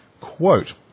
Quote